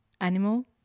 Animal